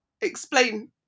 Explain